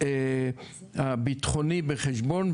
הביטחוני בחשבון,